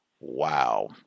Wow